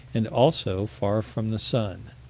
and also far from the sun.